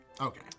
Okay